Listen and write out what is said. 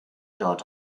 dort